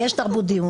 יש תרבות דיון.